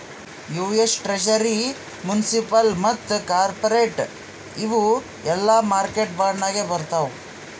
US treasury, municipal ಮತ್ತ corporate ಇವು ಎಲ್ಲಾ ಮಾರ್ಕೆಟ್ ಬಾಂಡ್ ನಾಗೆ ಬರ್ತಾವ್